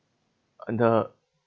and the